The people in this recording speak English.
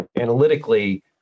analytically